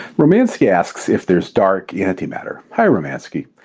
romanski asks if there is dark yeah antimatter. hi romanski.